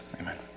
Amen